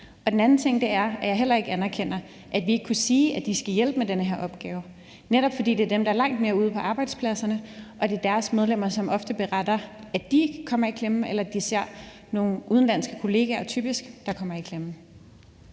En anden ting er, at jeg heller ikke anerkender, at vi ikke kunne sige, at de skulle hjælpe med den her opgave, netop fordi det er dem, der langt mere er ude på arbejdspladserne, og at det er deres medlemmer, som ofte beretter, at de kommer i klemme, eller at de ser nogle, typisk udenlandske, kollegaer, der kommer i klemme.